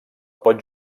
pot